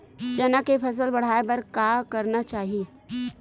चना के फसल बढ़ाय बर का करना चाही?